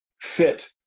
fit